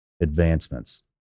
advancements